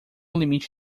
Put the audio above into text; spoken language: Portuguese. limite